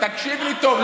תקשיב לי טוב,